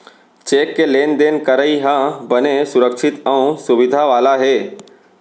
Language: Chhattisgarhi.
चेक ले लेन देन करई ह बने सुरक्छित अउ सुबिधा वाला हे